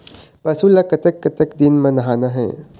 पशु ला कतक कतक दिन म नहाना हे?